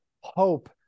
hope